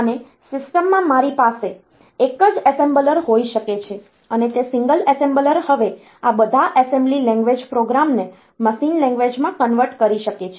અને સિસ્ટમમાં મારી પાસે એક જ એસેમ્બલર હોઈ શકે છે અને તે સિંગલ એસેમ્બલર હવે આ બધા એસેમ્બલી લેંગ્વેજ પ્રોગ્રામને મશીન લેંગ્વેજમાં કન્વર્ટ કરી શકે છે